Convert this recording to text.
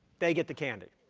they get the candy.